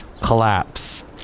collapse